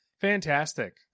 fantastic